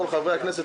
כל חברי הכנסת,